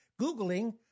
Googling